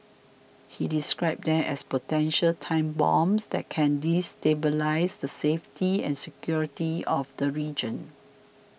he described them as potential time bombs that can destabilise the safety and security of the region